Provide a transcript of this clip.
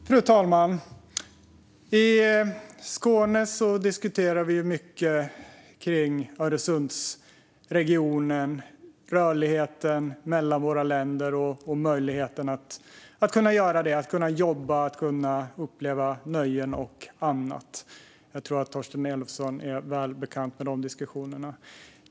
Fru talman! I Skåne diskuterar vi mycket kring Öresundsregionen, rörligheten mellan våra länder och möjligheten att jobba, uppleva nöjen och annat. Jag tror att Torsten Elofsson är väl bekant med diskussionerna.